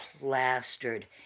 Plastered